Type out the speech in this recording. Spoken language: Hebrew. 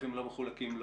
וברווחים לא מחולקים לא?